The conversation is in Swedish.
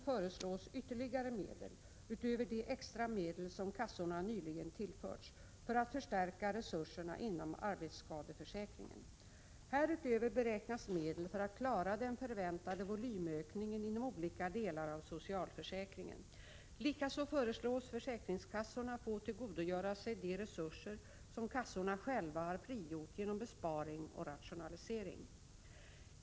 7) föreslås ytterligare medel — utöver de extra medel som kassorna nyligen tillförts — för att förstärka resurserna inom arbetsskadeförsäkringen. Härutöver beräknas medel för att klara den förväntade volymökningen inom olika delar av socialförsäkringen. Likaså föreslås försäkringskassorna få tillgodogöra sig de resurser som kassorna själva har frigjort genom besparing och rationalisering.